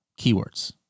keywords